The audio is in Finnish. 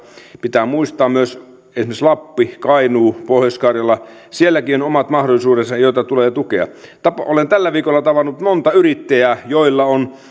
pitää muistaa myös esimerkiksi lappi kainuu pohjois karjala sielläkin on omat mahdollisuutensa joita tulee tukea olen tällä viikolla tavannut monta yrittäjää joilla on